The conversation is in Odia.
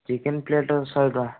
ଚିକେନ ପ୍ଳେଟ ଶହେ ଟଙ୍କା